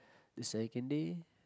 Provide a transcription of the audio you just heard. the second day